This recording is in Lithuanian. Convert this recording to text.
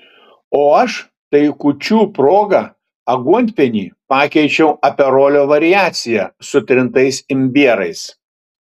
o aš tai kūčių proga aguonpienį pakeičiau aperolio variacija su trintais imbierais